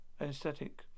anesthetic